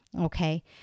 Okay